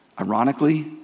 Ironically